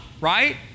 right